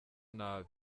nabi